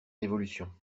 révolution